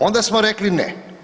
Onda smo rekli ne.